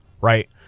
right